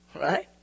Right